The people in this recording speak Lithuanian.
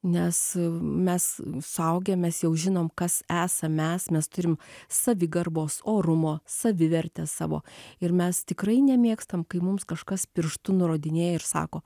nes mes suaugę mes jau žinome kas esam mes mes turim savigarbos orumo savivertę savo ir mes tikrai nemėgstam kai mums kažkas pirštu nurodinėja ir sako